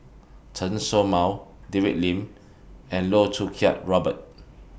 Chen Show Mao David Lim and Loh Choo Kiat Robert